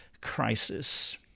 crisis